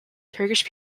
turkish